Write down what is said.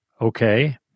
Okay